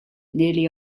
nearly